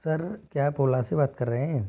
sir क्या आप Ola से बात कर रहे हैं